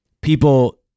people